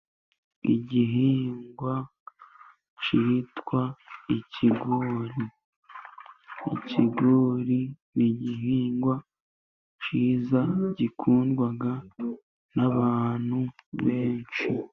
Igihingwa kitwa ikigori, ikigori ni igihingwa cyiza gikundwa n'abantu benshi.